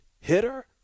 hitter